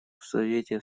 совете